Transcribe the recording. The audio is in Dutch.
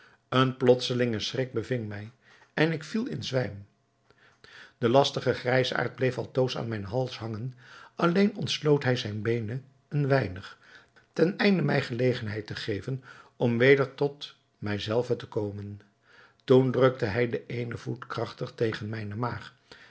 een plotselinge schrik beving mij en ik viel in zwijm de lastige grijsaard bleef altoos aan mijn hals hangen alleen ontsloot hij zijne beenen een weinig ten einde mij gelegenheid te geven om weder tot mij zelven te komen toen drukte hij den eenen voet krachtig tegen mijne maag